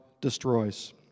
destroys